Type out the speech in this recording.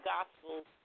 Gospels